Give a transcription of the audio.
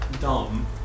dumb